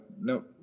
no